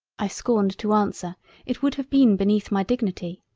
i scorned to answer it would have been beneath my dignity.